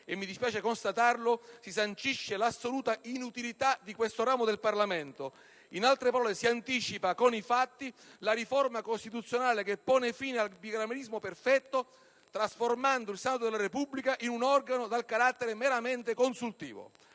e, mi dispiace constatarlo, sanciscono l'assoluta inutilità di questo ramo del Parlamento. In altre parole, si anticipa con i fatti la riforma costituzionale che pone fine al bicameralismo perfetto, trasformando il Senato della Repubblica in un organo dal carattere meramente consultivo.